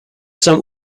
some